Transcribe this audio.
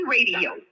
Radio